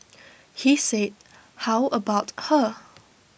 he said how about her